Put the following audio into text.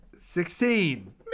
Sixteen